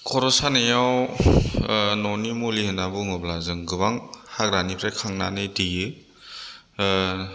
खर' सानायाव न'नि मुलि होननानै बुङोब्ला जों गोबां हाग्रानिफ्राय खांनानै दैयो